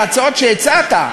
ההצעות שהצעת,